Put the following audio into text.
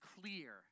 clear